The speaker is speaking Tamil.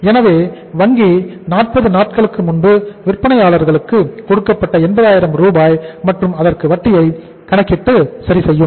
எனவே வங்கி 40 நாட்களுக்கு முன்பு விற்பனையாளருக்கு கொடுக்கப்பட்ட 80 ஆயிரம் ரூபாய் மற்றும் அதற்கு வட்டியை கணக்கிட்டு சரிசெய்யும்